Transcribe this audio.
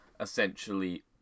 essentially